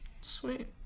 Sweet